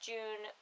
June